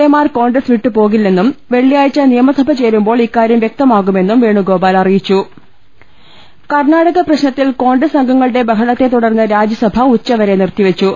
A മാർ കോൺഗ്രസ് വിട്ടുപോകില്ലെന്നും വെള്ളിയാഴ്ച നിയമസഭ ചേരു മ്പോൾ ഇക്കാര്യം വ്യക്തമാകുമെന്നും വേണുഗോപാൽ അറിയി ച്ചും കർണാടക പ്രശ്നത്തിൽ കോൺഗ്രസ് അംഗങ്ങളുടെ ബഹ ളത്തെ തുടർന്ന് രാജ്യസഭ ഉച്ചവരെ നിർത്തിവെച്ചു